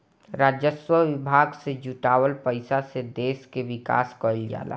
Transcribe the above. राजस्व विभाग से जुटावल पईसा से देस कअ विकास कईल जाला